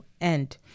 end